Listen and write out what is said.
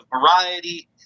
variety